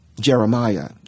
Jeremiah